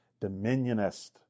dominionist